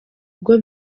ubwo